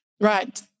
Right